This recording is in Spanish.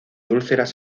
úlceras